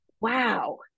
wow